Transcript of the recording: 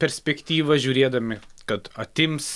perspektyvą žiūrėdami kad atims